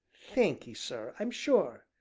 thankee sir, i'm sure,